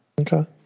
Okay